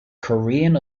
korean